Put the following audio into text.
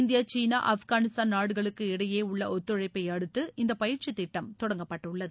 India சீனா ஆப்கானிஸ்தான் நாடுகளுக்கு இடையே உள்ள ஒத்துழழப்பை அடுத்து இந்த பயிற்சி திட்டம் தொடங்கப்பட்டுள்ளது